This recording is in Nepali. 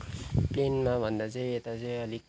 प्लेनमाभन्दा चाहिँ यता चाहिँ अलिक